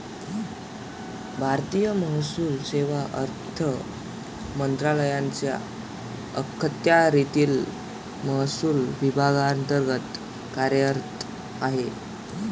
भारतीय महसूल सेवा अर्थ मंत्रालयाच्या अखत्यारीतील महसूल विभागांतर्गत कार्यरत आहे